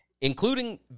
including